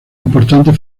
importante